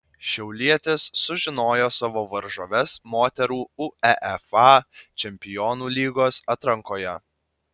šiaulietės sužinojo savo varžoves moterų uefa čempionų lygos atrankoje